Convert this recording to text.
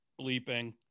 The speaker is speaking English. bleeping